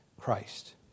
Christ